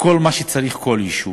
כל מה שצריך כל יישוב,